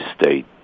state